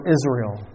Israel